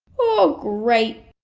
oh great!